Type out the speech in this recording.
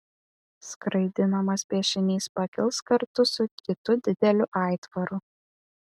skraidinamas piešinys pakils kartu su kitu dideliu aitvaru